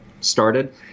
started